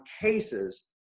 cases